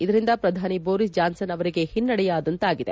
ಇದರಿಂದ ಪ್ರಧಾನಿ Boris Johnson ಅವರಿಗೆ ಹಿನ್ನಡೆಯಾದಂತಾಗಿದೆ